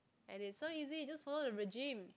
and it's so easy just follow the regime